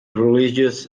religious